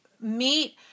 meet